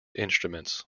instruments